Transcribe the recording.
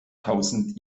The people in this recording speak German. tausend